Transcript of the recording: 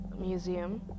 museum